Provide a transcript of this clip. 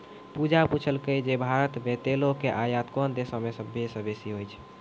पूजा पुछलकै जे भारत मे तेलो के आयात कोन देशो से सभ्भे से बेसी होय छै?